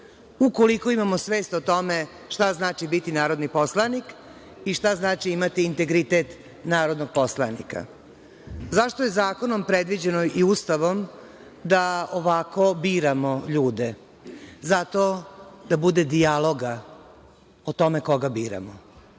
imamo svest o tome šta znači biti narodni poslanik i šta znači imati integritet narodnog poslanika, zašto je zakonom i Ustavom predviđeno da ovako biramo ljude? Zato da bude dijaloga o tome koga biramo.